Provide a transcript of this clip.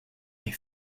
est